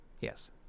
Yes